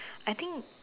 I think